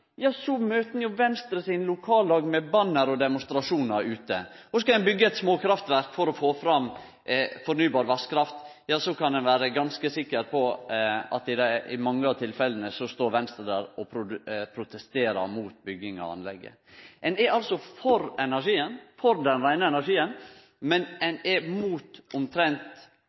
Venstre sine lokallag med banner i demonstrasjonar ute. Skal ein byggje eit småkraftverk for å få fram fornybar vasskraft, kan ein vere ganske sikker på at i mange tilfelle står Venstre der og protesterer mot bygging av anlegget. Ein er altså for energien, for den reine energien, men ein er imot omtrent